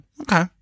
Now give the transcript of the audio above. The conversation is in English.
Okay